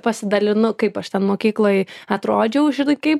pasidalinu kaip aš ten mokykloj atrodžiau žinai kaip